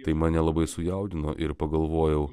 tai mane labai sujaudino ir pagalvojau